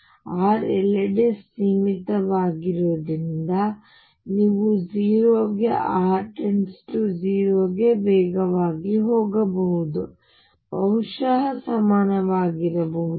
ಮತ್ತು R ಎಲ್ಲೆಡೆ ಸೀಮಿತವಾಗಿರುವುದರಿಂದ ನೀವು 0 ಗೆ r 0 ಗಿಂತ ವೇಗವಾಗಿ ಹೋಗಬೇಕು ಮತ್ತು ಬಹುಶಃ ಸಮನಾಗಿರಬಹುದು